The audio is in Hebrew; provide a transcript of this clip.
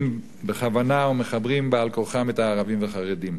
בכוונה ומחברים בעל כורחם את הערבים והחרדים.